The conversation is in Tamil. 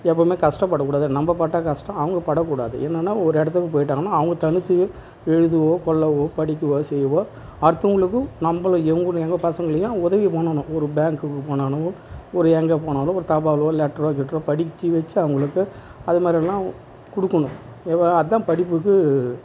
எப்போவுமே கஷ்டப்படக்கூடாது நம்ம பட்ட கஷ்டோம் அவங்க படக்கூடாது என்னென்னால் ஒரு இடத்துக்கு போயிட்டாங்கன்னா அவங்க தனித்து எழுதுவோ கொள்ளவோ படிக்கவோ செய்யவோ அடுத்தவங்களுக்கு நம்மள எங் எங்கள் பசங்களையும் உதவி பண்ணணும் ஒரு பேங்குக்கு போனாலும் ஒரு எங்கே போனாலோ ஒரு தபாலோ லெட்டரோ கிட்டரோ படித்து வச்சு அவங்களுக்கு அது மாதிரிலாம் கொடுக்கணும் அதுதான் படிப்புக்கு